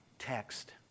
text